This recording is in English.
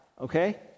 okay